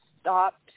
stopped